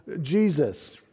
Jesus